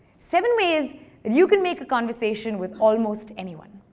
seven ways that you can make a conversation with almost anyone.